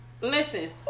listen